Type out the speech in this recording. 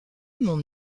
mon